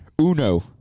Uno